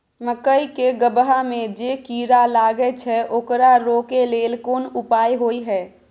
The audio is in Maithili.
मकई के गबहा में जे कीरा लागय छै ओकरा रोके लेल कोन उपाय होय है?